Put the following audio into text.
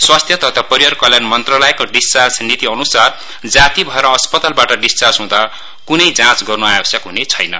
स्वास्थ्य तथा परिवार कल्याण मन्त्रालयको डिस्चार्ज नीति अन्सार जाती भएर अस्पतालबाट डिस्चार्ज हुँदा क्नै जाँच गर्न् आवश्यक हनेछैन